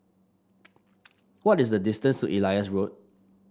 what is the distance to Elias Road